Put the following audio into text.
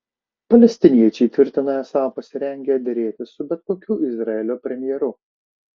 palestiniečiai tvirtina esą pasirengę derėtis su bet kokiu izraelio premjeru